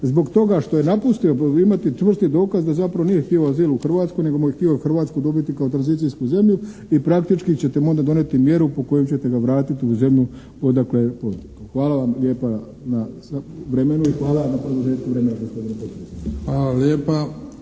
zbog toga što je napustio imati čvrsti dokaz da zapravo nije htio azil u Hrvatskoj nego je htio Hrvatsku dobiti kao tranzicijsku zemlju i praktički ćete mu onda donijeti mjeru po kojoj ćete ga vratiti u zemlju odakle je potjeko. Hvala vam lijepa na vremenu i hvala na produžetku vremena